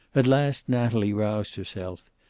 at last natalie roused herself.